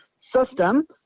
system